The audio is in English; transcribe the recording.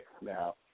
now